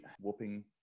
whooping